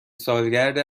سالگرد